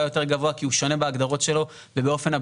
יותר גבוה כי הוא שונה בהגדרות שלו ובאופן הבדיקה,